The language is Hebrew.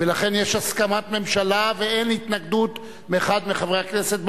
ולכן יש הסכמת הממשלה ואין התנגדות מאחד מחברי הכנסת.